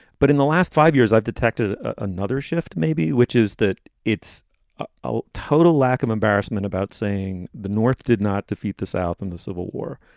but in the last five years, i've detected another shift maybe, which is that it's a total lack of embarrassment about saying the north did not defeat the south in the civil war.